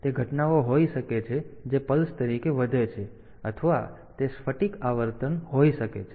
તેથી તે ઘટનાઓ હોઈ શકે છે જે પલ્સ તરીકે વધે છે અથવા તે સ્ફટિક આવર્તન હોઈ શકે છે